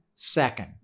Second